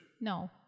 No